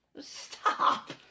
Stop